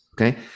okay